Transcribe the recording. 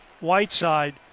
Whiteside